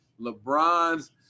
LeBron's